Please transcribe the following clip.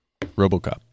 Robocop